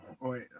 wait